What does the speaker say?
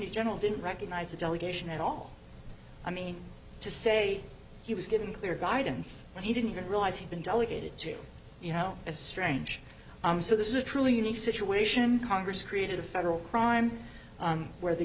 the general didn't recognize the delegation at all i mean to say he was given clear guidance but he didn't realize he'd been delegated to you know as strange i'm so this is a truly unique situation congress created a federal crime where the